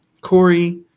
Corey